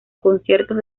conciertos